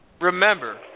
remember